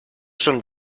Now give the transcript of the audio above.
schon